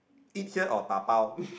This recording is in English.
eat here or dabao